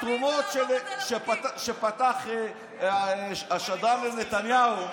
בתרומות שפתח השדרן לנתניהו,